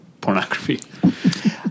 pornography